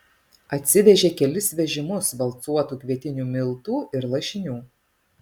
atsivežė kelis vežimus valcuotų kvietinių miltų ir lašinių